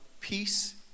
peace